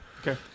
okay